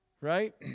Right